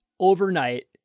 overnight